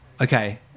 Okay